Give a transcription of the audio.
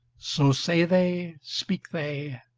so say they, speak they,